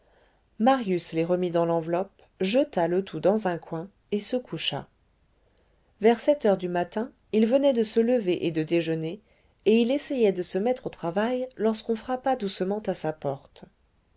marius les remit dans l'enveloppe jeta le tout dans un coin et se coucha vers sept heures du matin il venait de se lever et de déjeuner et il essayait de se mettre au travail lorsqu'on frappa doucement à sa porte